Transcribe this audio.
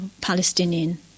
Palestinian